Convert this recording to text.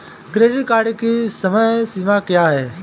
Credit card की समय सीमा क्या है?